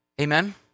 Amen